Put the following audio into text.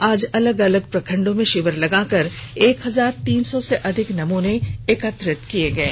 आज अलग अलग प्रखंडो में शिविर लगाकर एक हजार तीन सौ से अधिक नमूने एकत्रित किये गये